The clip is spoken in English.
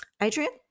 Adrian